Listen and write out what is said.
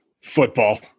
Football